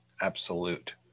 absolute